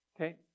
Okay